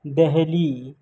Delhi